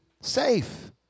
safe